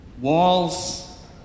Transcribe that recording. Walls